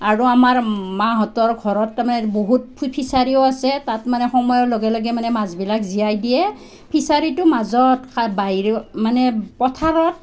আৰু আমাৰ মাহঁতৰ ঘৰত তাৰমানে বহুত ফিচাৰীও আছে তাত মানে সময়ৰ লগে লগে মানে মাছবিলাক জীয়াই দিয়ে ফিচাৰীটোৰ মাজত বাহিৰেও মানে পথাৰত